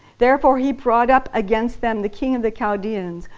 therefore he brought up against them the king of the chaldeans,